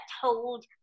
told